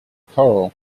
choral